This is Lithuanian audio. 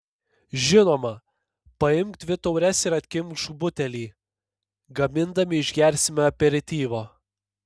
žinoma paimk dvi taures ir atkimšk butelį gamindami išgersime aperityvo